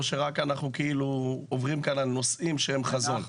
או שאנחנו רק עוברים כאן על נושאים שהם חזון?